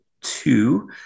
two